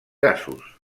gasos